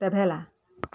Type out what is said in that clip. traveller